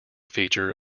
feature